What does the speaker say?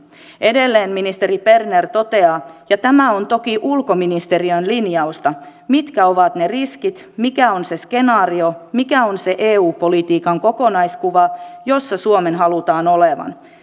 edelleen ministeri berner toteaa ja tämä on toki ulkoministeriön linjausta mitkä ovat ne riskit mikä on se skenaario mikä on se eu politiikan kokonaiskuva jossa suomen halutaan olevan